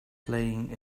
playing